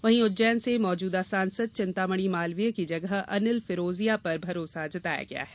वहीं उज्जैन से मौजूदा सांसद चिंतामणि मालवीय की जगह अनिल फिरोजिया पर भरोसा जताया है